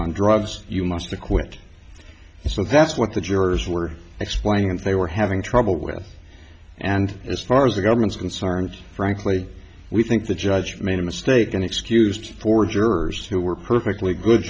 on drugs you must acquit so that's what the jurors were explaining that they were having trouble with and as far as the government's concerned frankly we think the judge made a mistake and excused for jurors who were perfectly good